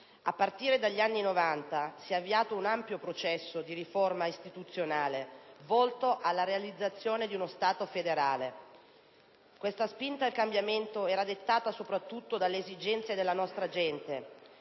A partire dagli anni '90 si è avviato un ampio processo di riforma istituzionale volto alla realizzazione di uno Stato federale. Questa spinta al cambiamento era dettata soprattutto dalle esigenze della nostra gente,